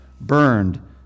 burned